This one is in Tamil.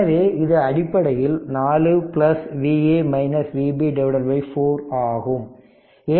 எனவே இது அடிப்படையில் 4 Va Vb 4 ஆகும்